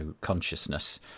consciousness